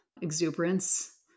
exuberance